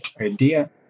idea